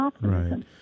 Right